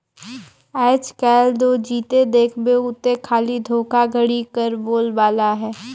आएज काएल दो जिते देखबे उते खाली धोखाघड़ी कर ही बोलबाला अहे